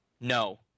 No